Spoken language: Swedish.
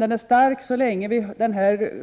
Den är stark så länge det råder en